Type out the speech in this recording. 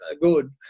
good